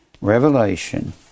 Revelation